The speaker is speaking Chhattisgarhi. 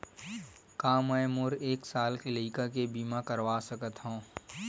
का मै मोर एक साल के लइका के बीमा करवा सकत हव?